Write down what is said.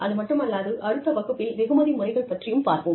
அதுமட்டுமல்லாது அடுத்த வகுப்பில் வெகுமதி முறைகள் பற்றியும் பார்ப்போம்